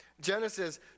Genesis